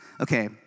Okay